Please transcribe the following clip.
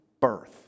birth